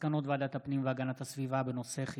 על מסקנות ועדת הפנים והגנת הסביבה בעקבות